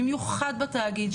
במיוחד בתאגיד,